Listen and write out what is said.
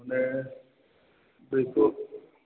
माने बेखौ